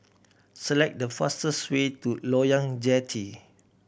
select the fastest way to Loyang Jetty